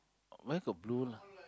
why got blue lah